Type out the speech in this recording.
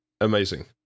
amazing